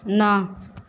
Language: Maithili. नओ